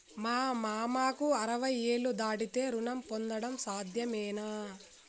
మా మామకు అరవై ఏళ్లు దాటితే రుణం పొందడం సాధ్యమేనా?